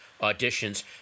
auditions